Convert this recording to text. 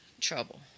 Trouble